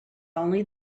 only